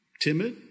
timid